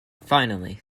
finally